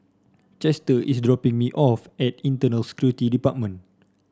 Chester is dropping me off at Internal Security Department